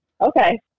Okay